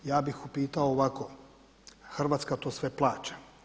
Ja bih upitao ovako, Hrvatska to sve plaća.